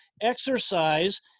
exercise